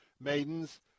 maidens